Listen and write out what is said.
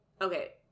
Okay